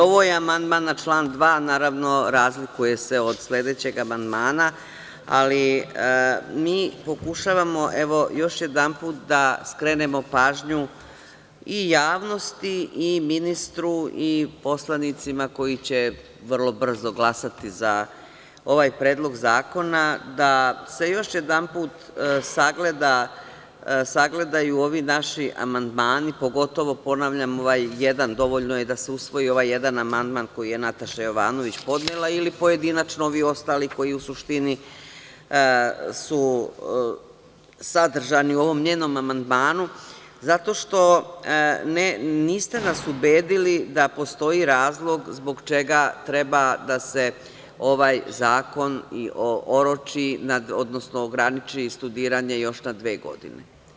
Ovo je amandman na član 2, naravno razlikuje se od sledećeg amandmana, ali mi pokušavamo, još jedanput da skrenemo pažnju i javnosti i ministru i poslanicima, koji će vrlo brzo glasati, za ovaj predlog zakona, da se još jedanput sagledaju ovi naši amandmani, pogotovo, ponavljam, ovaj jedan dovoljno je da se usvoji ovaj jedan amandman koji je podnela Nataša Jovanović ili pojedinačno ovi ostali koji, u suštini su sadržani u ovom njenom amandmanu, zato što, niste nas ubedili da postoji razlog, zbog čega treba da se ovaj zakon oroči, odnosno ograniči studiranje još na dve godine.